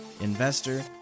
investor